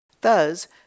Thus